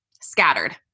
scattered